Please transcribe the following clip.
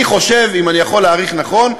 אני חושב, אם אני יכול להעריך נכון,